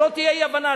שלא תהיה אי-הבנה,